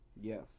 Yes